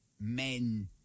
men